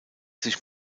sich